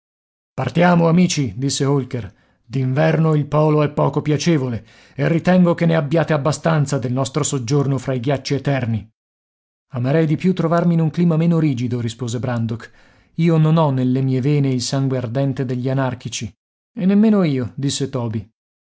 partiamo amici disse holker d'inverno il polo è poco piacevole e ritengo che ne abbiate abbastanza del nostro soggiorno fra i ghiacci eterni amerei di più trovarmi in un clima meno rigido rispose brandok io non ho nelle mie vene il sangue ardente degli anarchici e nemmeno io disse toby